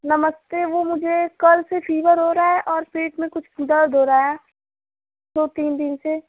नमस्ते वह मुझे कल से फीवर हो रहा है और पेट में कुछ दर्द हो रहा है दो तीन दिन से